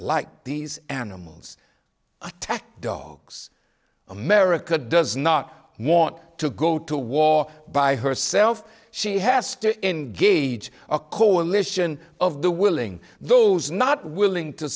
like these animals attack dogs america does not want to go to war by herself she has to engage a coalition of the willing those not willing to